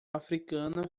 africana